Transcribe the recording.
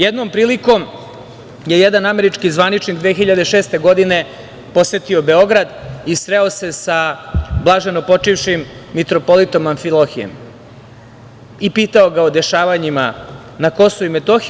Jednom prilikom je jedan američki zvaničnik 2006. godine posetio Beograd i sreo se sa blaženopočivšim mitropolitom Amfilohijem i pitao ga o dešavanjima na Kosovu i Metohiji.